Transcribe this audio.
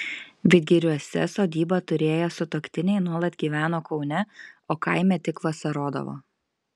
vidgiriuose sodybą turėję sutuoktiniai nuolat gyveno kaune o kaime tik vasarodavo